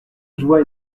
joie